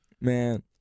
Man